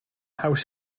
haws